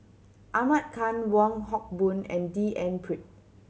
Ahmad Khan Wong Hock Boon and D N Pritt